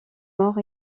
morts